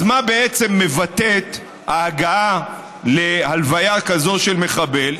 אז מה, בעצם, מבטאת ההגעה להלוויה כזו של מחבל?